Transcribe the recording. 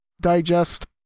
Digest